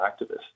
activists